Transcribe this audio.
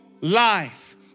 life